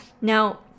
Now